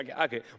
okay